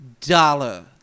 dollar